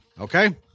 okay